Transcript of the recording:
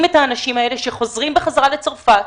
את האנשים האלה שחוזרים בחזרה לצרפת,